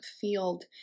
field